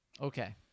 Okay